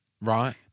Right